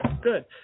Good